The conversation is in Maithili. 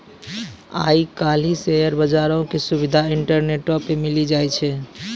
आइ काल्हि शेयर बजारो के सुविधा इंटरनेटो पे मिली जाय छै